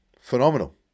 phenomenal